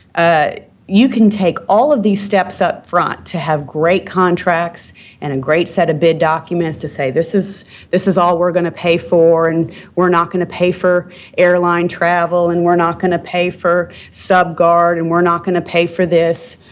ah you can take all of these steps up front to have great contracts and a great set of bid documents to say this is this is all we're going to pay for, and we're not going to pay for airline travel, and we're not going to pay for subguard, and we're not going to pay for this.